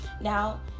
Now